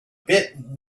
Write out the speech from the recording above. bit